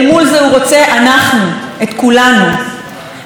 והתפקיד שלנו זה להציב את האלטרנטיבה הזאת,